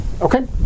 Okay